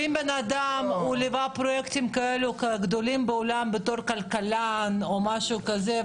ואם אדם ליווה פרויקטים כאלה גדולים בעולם בתור כלכלן או משהו כזה,